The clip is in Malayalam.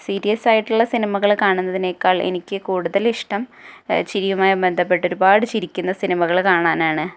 സീരിയസ് ആയിട്ടുള്ള സിനിമകൾ കാണുന്നതിനേക്കാൾ എനിക്ക് കൂടുതലിഷ്ടം ചിരിയുമായി ബന്ധപ്പെട്ട് ഒരുപാട് ചിരിക്കുന്ന സിനിമകൾ കാണാനാണ്